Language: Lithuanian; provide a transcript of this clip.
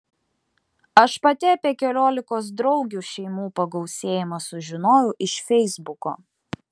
aš pati apie keliolikos draugių šeimų pagausėjimą sužinojau iš feisbuko